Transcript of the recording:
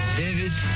david